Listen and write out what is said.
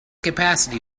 capacity